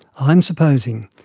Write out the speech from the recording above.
i'm supposing,